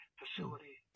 facility